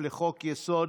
לחוק-יסוד: